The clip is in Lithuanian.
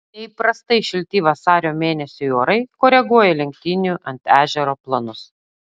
neįprastai šilti vasario mėnesiui orai koreguoja lenktynių ant ežero planus